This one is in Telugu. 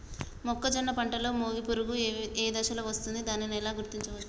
మొక్కజొన్న పంటలో మొగి పురుగు ఏ దశలో వస్తుంది? దానిని ఎలా గుర్తించవచ్చు?